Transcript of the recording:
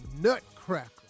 Nutcracker